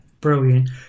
brilliant